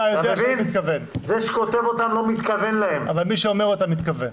אבל אתה יודע שאני מתכוון, מי שאומר אותם מתכוון.